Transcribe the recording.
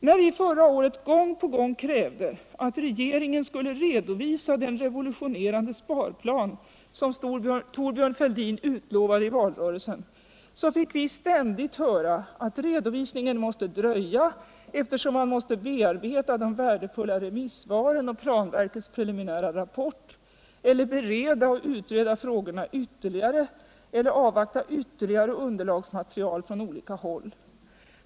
När vi förra året gång på gång krävde att regeringen skulle redovisa den revolutionerande sparplan som Thorbjörn Fälldin utlovat i valrörelsen, så fick vi ständigt höra att redovisningen måste dröja eftersom man måste bearbeta de värdefulla remissvaren och planverkets preliminära rapport, eller bereda och utreda frågorna ytterligare, eller avvakta ytterligare underlagsmaterial från olika håll.